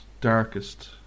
darkest